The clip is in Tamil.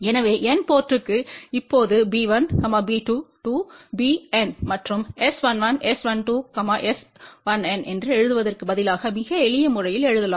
எனவே N போர்ட்டுக்கு இப்போது b1 b2to bNமற்றும் S11 S12 S1Nஎன்றுஎழுதுவதற்கு பதிலாக மிக எளிய முறையில் எழுதலாம்